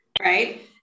right